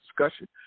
discussion